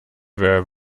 were